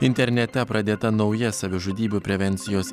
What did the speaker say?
internete pradėta nauja savižudybių prevencijos